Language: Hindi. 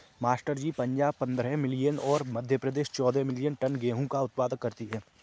मास्टर जी पंजाब पंद्रह मिलियन और मध्य प्रदेश चौदह मिलीयन टन गेहूं का उत्पादन करती है